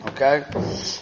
Okay